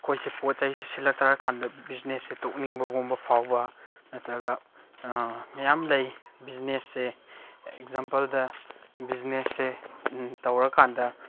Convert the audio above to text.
ꯑꯩꯈꯣꯏꯁꯦ ꯄꯣꯠ ꯆꯩ ꯁꯤꯠꯂꯛꯇ꯭ꯔ ꯀꯥꯟꯗ ꯕꯤꯖꯤꯅꯦꯁꯁꯦ ꯇꯣꯛꯅꯤꯡꯕꯒꯨꯝꯕ ꯐꯥꯎꯕ ꯅꯠꯇ꯭ꯔꯒ ꯃꯌꯥꯝ ꯂꯩ ꯕꯤꯖꯤꯅꯦꯁꯁꯦ ꯑꯦꯛꯖꯥꯝꯄꯜꯗ ꯕꯤꯖꯤꯅꯦꯁꯁꯦ ꯇꯧꯔ ꯀꯥꯟꯗ